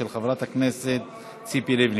של חברת הכנסת ציפי לבני,